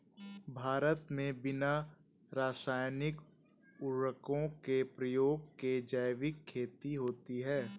भारत मे बिना रासायनिक उर्वरको के प्रयोग के जैविक खेती होती है